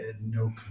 no